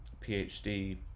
PhD